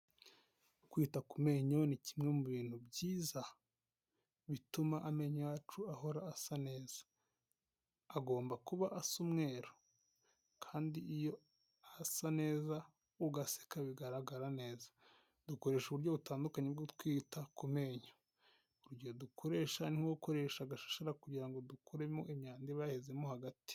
Kwita ku menyo ni kimwe mu bintu byiza bituma amenyo yacu ahora asa neza, agomba kuba asa umweru, kandi iyo asa neza ugaseka bigaragara neza, dukoresha uburyo butandukanye bwo kwita ku menyo, urugero dukoresha ni nko gukoresha agashashara kugira ngo dukuremo imyanda iba yahezemo hagati.